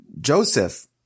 Joseph